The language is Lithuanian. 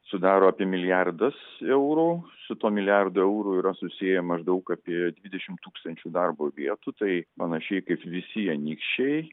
sudaro apie milijardas eurų su tuo milijardu eurų yra susiję maždaug apie dvidešim tūkstančių darbo vietų tai panašiai kaip visi anykščiai